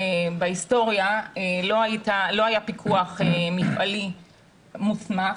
בהיסטוריה לא היה פיקוח מפעלי מוסמך.